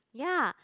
ya